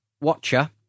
Watcher